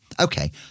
Okay